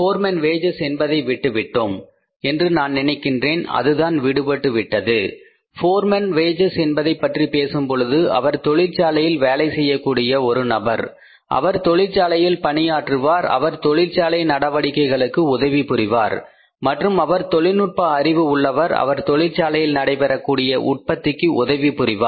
foreman wages என்பதை விட்டுவிட்டோம் என்று நான் நினைக்கின்றேன் அதுதான் விடுபட்டுவிட்டது போர்மேன் வேஜஸ் என்பதை பற்றி பேசும் பொழுது அவர் தொழிற்சாலையில் வேலை செய்யக்கூடிய ஒரு நபர் அவர் தொழிற்சாலையில் பணியாற்றுவார் அவர் தொழிற்சாலை நடவடிக்கைகளுக்கு உதவி புரிவார் மற்றும் அவர் தொழில் நுட்ப அறிவு உள்ளவர் அவர் தொழிற்சாலையில் நடைபெறக்கூடிய உற்பத்திக்கு உதவி புரிவார்